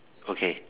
okay